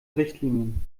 richtlinien